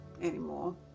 anymore